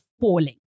falling